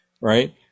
right